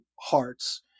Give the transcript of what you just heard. hearts